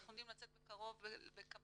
אנחנו עומדים לצאת בקרוב בקמפיין